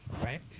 right